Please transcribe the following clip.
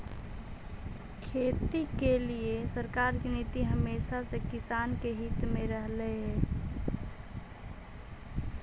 खेती के लिए सरकार की नीति हमेशा से किसान के हित में रहलई हे